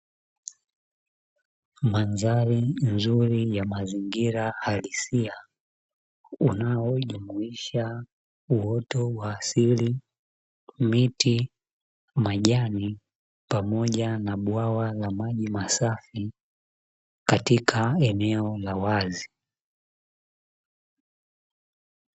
Mandhari nzuri ya mazingira halisia unaoonyesha uota wa asili, miti, majani pamoja na bwawa la maji masafi katika eneo la wazi.